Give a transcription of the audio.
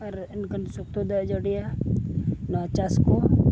ᱟᱨ ᱮᱱᱠᱷᱟᱱ ᱥᱚᱠᱛᱚ ᱫᱟᱜ ᱮ ᱡᱟᱹᱲᱤᱭᱟ ᱱᱚᱣᱟ ᱪᱟᱥ ᱠᱚ